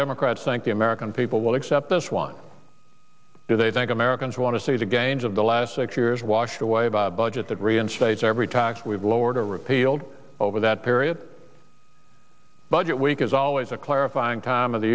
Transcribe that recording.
democrats think the american people will accept this one because they think americans want to see the gains of the last six years washed away by a budget that reinstates every tax we've lowered or repealed over that period budget week is always a clarifying time of the